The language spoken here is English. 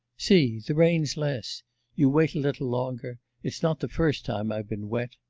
see the rain's less you wait a little longer. it's not the first time i've been wet.